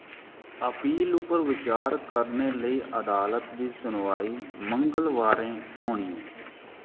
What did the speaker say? appeal उप्पर विचार करने लेई अदालत दी सुनवाई मंगलबारें होनी ऐ